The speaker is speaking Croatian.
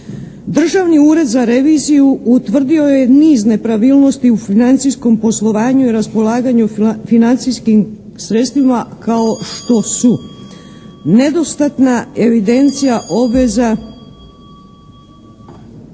Državni ured za reviziju utvrdio je niz nepravilnosti u financijskom poslovanju i raspolaganju financijskim sredstvima kao što su: nedostatna evidencija obveza…